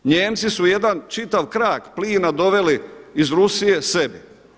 Nijemci su jedan čitav krak plina doveli iz Rusije sebi.